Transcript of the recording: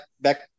back